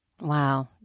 Wow